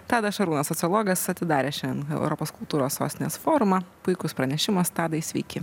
tadas šarūnas sociologas atidarė šiandien europos kultūros sostinės forumą puikus pranešimas tadai sveiki